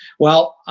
well,